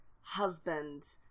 husband